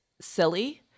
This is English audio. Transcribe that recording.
silly